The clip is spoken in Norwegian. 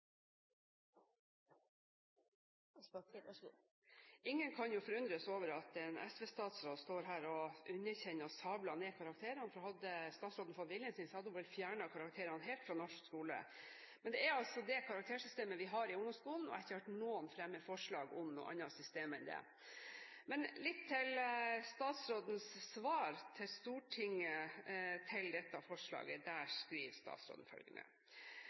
Ingen kan forundres over at en SV-statsråd står her og underkjenner og sabler ned karakterer, for hadde statsråden fått viljen sin, hadde hun vel fjernet karakterene helt fra norsk skole. Men det er altså det systemet vi har i ungdomsskolen, og jeg har ikke hørt noen fremme noe forslag om et annet system enn det. Litt til statsrådens svar til Stortinget i forbindelse med dette forslaget. Der skriver statsråden følgende: